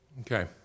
Okay